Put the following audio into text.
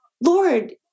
Lord